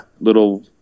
little